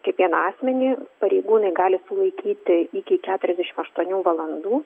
kiekvieną asmenį pareigūnai gali sulaikyti iki keturiasdešimt aštuonių valandų